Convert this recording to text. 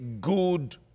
good